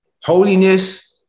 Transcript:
holiness